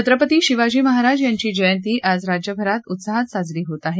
छत्रपती शिवाजी महाराज यांची जयंती आज राज्यभरात उत्साहात साजरी होत आहे